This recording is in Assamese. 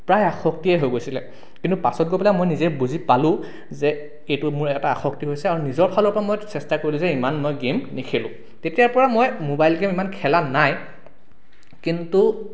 প্ৰায় আসক্তিয়ে হৈ গৈছিলে কিন্তু পাছত গৈ পেলাই মই নিজে বুজি পালোঁ যে এইটো মোৰ এটা আসক্তি হৈছে আৰু নিজৰ ফালৰ পৰা মই এইটো চেষ্টা কৰিলোঁ যে ইমান মই গেম নেখেলোঁ তেতিয়াৰ পৰা মই মোবাইল গেম ইমান খেলা নাই কিন্তু